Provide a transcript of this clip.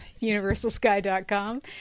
universalsky.com